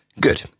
Good